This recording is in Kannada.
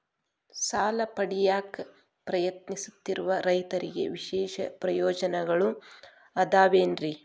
ಸಾಲ ಪಡೆಯಾಕ್ ಪ್ರಯತ್ನಿಸುತ್ತಿರುವ ರೈತರಿಗೆ ವಿಶೇಷ ಪ್ರಯೋಜನಗಳು ಅದಾವೇನ್ರಿ?